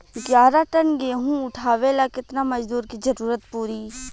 ग्यारह टन गेहूं उठावेला केतना मजदूर के जरुरत पूरी?